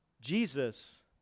Jesus